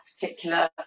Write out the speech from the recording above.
particular